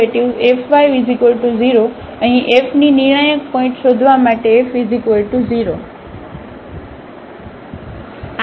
Fy 0 અહીં F ની નિર્ણાયક પોઇન્ટ શોધવા માટે F 0